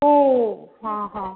ओ हा हा